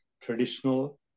traditional